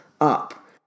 up